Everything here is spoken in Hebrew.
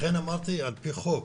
לכן אמרתי על פי חוק.